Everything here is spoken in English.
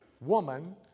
woman